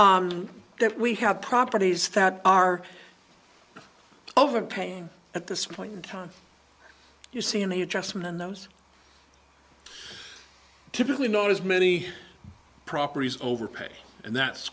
that we have properties that are overpaying at this point in time you see him a adjustment in those typically not as many properties over pay and that